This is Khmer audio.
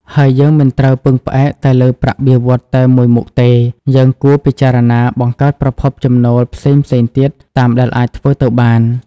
ហើយយើងមិនត្រូវពឹងផ្អែកតែលើប្រាក់បៀវត្សរ៍តែមួយមុខទេ យើងគួរពិចារណាបង្កើតប្រភពចំណូលផ្សេងៗទៀតតាមដែលអាចធ្វើទៅបាន។